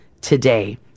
today